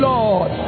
Lord